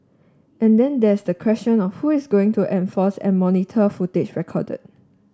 and then there's the question of who is going to enforce and monitor footage recorded